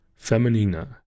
Feminina